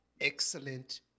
excellent